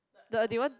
the only one